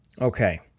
Okay